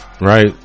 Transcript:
right